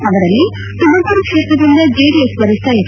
ಅವರಲ್ಲಿ ತುಮಕೂರು ಕ್ಷೇತ್ರದಿಂದ ಜೆಡಿಎಸ್ ವರಿಷ್ಠ ಎಚ್